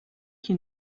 qui